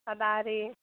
अदारी